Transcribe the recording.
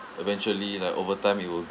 eventually like overtime it'll